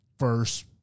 First